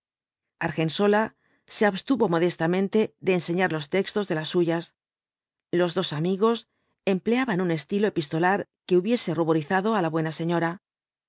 argensola se abstuvo modestamente de enseñar los textos de las suyas los dos amigos empleaban un estilo epistolar que hubiese ruborizado á la buena señora